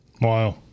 Wow